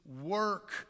work